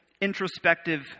introspective